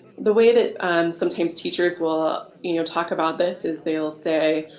the way that sometimes teachers will you know talk about this is they'll say,